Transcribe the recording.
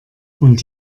und